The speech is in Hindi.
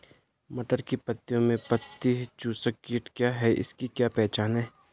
मटर की पत्तियों में पत्ती चूसक कीट क्या है इसकी क्या पहचान है?